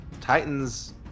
Titans